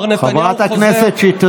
נתניהו, מר נתניהו חוזר, חברת הכנסת שטרית.